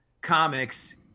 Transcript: comics